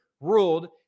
ruled